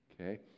okay